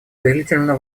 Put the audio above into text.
повелительно